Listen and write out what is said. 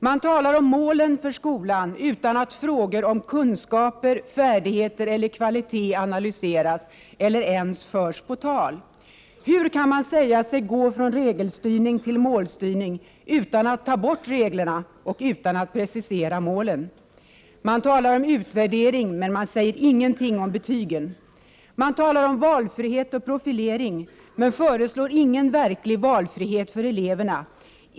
Man talar om målen för skolan utan att frågor om kunskaper, färdigheter eller kvalitet analyseras eller ens förs på tal. Hur kan man säga sig gå från regelstyrning till målstyrning utan att ta bort reglerna och utan att precisera målen? Man talar om utvärdering, men säger ingenting om betygen. Man talar om valfrihet och profilering, men föreslår ingen verklig valfrihet för eleverna.